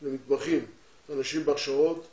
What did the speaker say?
למתמחים, אנשים בהכשרות מורים,